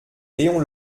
léon